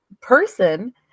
person